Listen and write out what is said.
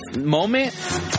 moment